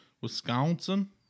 wisconsin